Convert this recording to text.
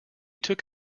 took